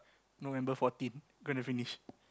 November fourteen going to finish